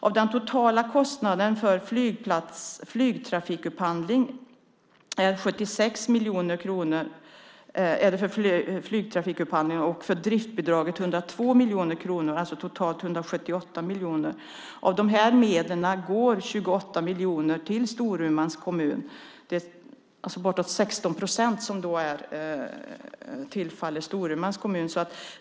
Av den totala kostnaden för flygtrafikupphandling utgör 76 miljoner kronor flygtrafikupphandlingen och 102 miljoner kronor driftbidraget, alltså totalt 178 miljoner. Av de medlen går 28 miljoner till Storumans kommun. Det är bortåt 16 procent som tillfaller Storumans kommun.